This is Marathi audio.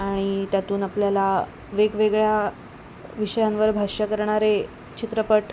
आणि त्यातून आपल्याला वेगवेगळ्या विषयांवर भाष्य करणारे चित्रपट